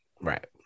Right